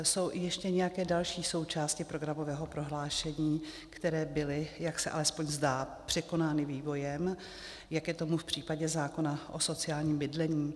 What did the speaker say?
Jsou ještě nějaké další součásti programového prohlášení, které byly, jak se alespoň zdá, překonány vývojem, jak je tomu v případě zákona o sociálním bydlení?